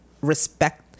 respect